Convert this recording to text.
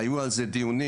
היו על זה דיונים,